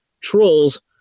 trolls